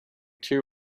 two